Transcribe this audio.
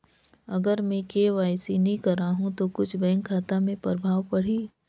अगर मे के.वाई.सी नी कराहू तो कुछ बैंक खाता मे प्रभाव पढ़ी?